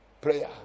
prayer